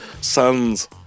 sons